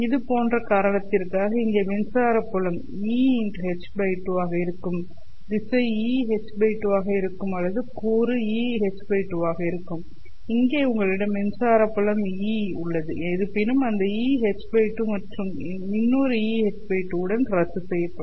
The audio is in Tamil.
இதேபோன்ற காரணத்திற்காக இங்கே மின்சார புலம் En2h2 ஆக இருக்கும் திசை En2h2 ஆக இருக்கும் அல்லது கூறு En2h2 ஆக இருக்கும் இங்கே உங்களிடம் மின்சார புலம் En2 உள்ளது இருப்பினும் இந்த En2h2 மற்றொரு En2h2 உடன் ரத்துசெய்யப்படும்